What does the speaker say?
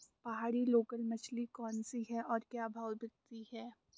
पहाड़ी लोकल मछली कौन सी है और क्या भाव बिकती है?